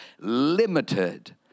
limited